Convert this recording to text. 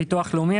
ביטוח לאומי,